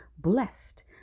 Blessed